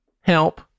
Help